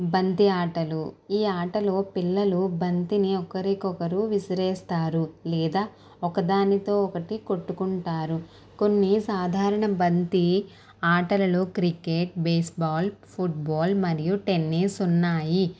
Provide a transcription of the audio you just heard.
బంతి ఆటలు ఈ ఆటలో పిల్లలు బంతిని ఒకరికొకరు విసిరేస్తారు లేదా ఒకదానితో ఒకటి కొట్టుకుంటారు కొన్ని సాధారణ బంతి ఆటలలో క్రికెట్ బేస్బాల్ ఫుడ్బాల్ మరియు టెన్నీస్ ఉన్నాయి